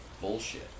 bullshit